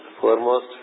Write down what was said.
foremost